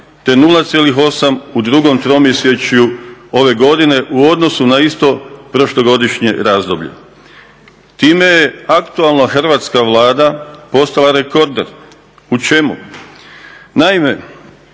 te 0,8% u drugom tromjesečju ove godine u odnosu na isto prošlogodišnje razdoblje. Time je aktualna Hrvatska vlada postala rekorder. U čemu?